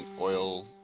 oil